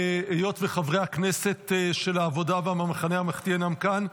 היות שחברי הכנסת של העבודה והמחנה הממלכתי אינם כאן,